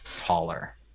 taller